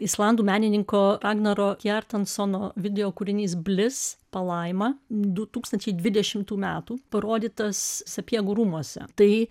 islandų menininko ragnaro jertensono videokūrinys blis palaima du tūkstančiai dvidešimtų metų parodytas sapiegų rūmuose tai